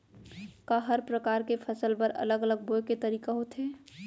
का हर प्रकार के फसल बर अलग अलग बोये के तरीका होथे?